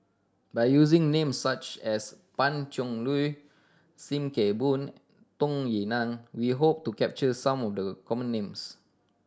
by using name such as Pan Cheng Lui Sim Kee Boon Tung Yue Nang we hope to capture some of the common names